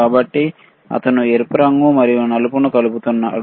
కాబట్టి అతను ఎరుపు మరియు నలుపును కలుపుతున్నాడు